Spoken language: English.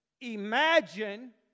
imagine